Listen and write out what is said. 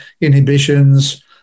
inhibitions